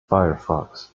firefox